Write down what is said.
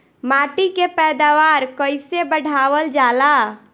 माटी के पैदावार कईसे बढ़ावल जाला?